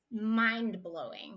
mind-blowing